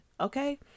Okay